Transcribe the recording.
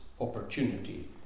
opportunity